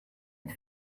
het